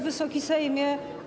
Wysoki Sejmie!